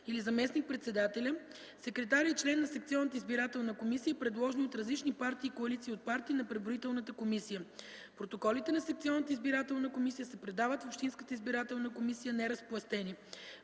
или заместник-председателя, секретаря и член на секционната избирателна комисия, предложени от различни партии и коалиции от партии на преброителната комисия. Протоколите на секционната избирателна комисия се предават в общинската избирателна комисия неразпластени.